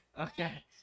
okay